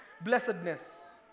blessedness